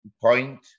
point